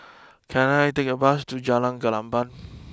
can I take a bus to Jalan Gelenggang